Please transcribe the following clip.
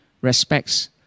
respects